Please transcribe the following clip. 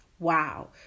Wow